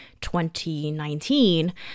2019